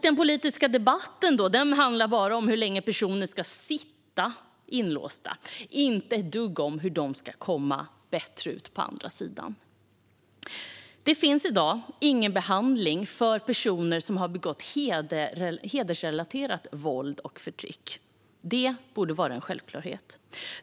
Den politiska debatten handlar dock bara om hur länge personer ska sitta inlåsta och inte ett dugg om hur de ska komma bättre ut på andra sidan. Det finns i dag ingen behandling för personer som gjort sig skyldiga till hedersrelaterat våld och förtryck. Det borde vara en självklarhet.